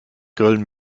grillen